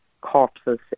corpses